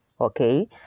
okay